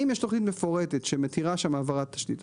אם יש תוכנית מפורטת שמתירה שם העברת תשתית,